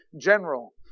general